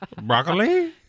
broccoli